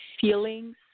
feelings